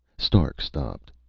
stark stopped.